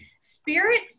Spirit